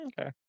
Okay